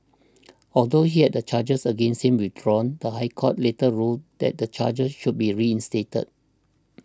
although he had the charges against him withdrawn the High Court later ruled that the charges should be reinstated